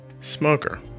smoker